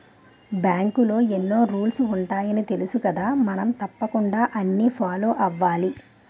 బాంకులో ఎన్నో రూల్సు ఉంటాయని తెలుసుకదా మనం తప్పకుండా అన్నీ ఫాలో అవ్వాలి